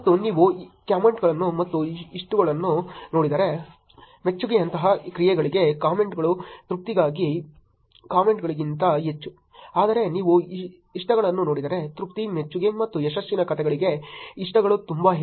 ಮತ್ತು ನೀವು ಕಾಮೆಂಟ್ಗಳು ಮತ್ತು ಇಷ್ಟಗಳನ್ನು ನೋಡಿದರೆ ಮೆಚ್ಚುಗೆಯಂತಹ ಕ್ರಿಯೆಗಳಿಗೆ ಕಾಮೆಂಟ್ಗಳು ತೃಪ್ತಿಗಾಗಿ ಕಾಮೆಂಟ್ಗಳಿಗಿಂತ ಹೆಚ್ಚು ಆದರೆ ನೀವು ಇಷ್ಟಗಳನ್ನು ನೋಡಿದರೆ ತೃಪ್ತಿ ಮೆಚ್ಚುಗೆ ಮತ್ತು ಯಶಸ್ಸಿನ ಕಥೆಗಳಿಗೆ ಇಷ್ಟಗಳು ತುಂಬಾ ಹೆಚ್ಚು